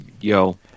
Yo